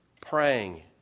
praying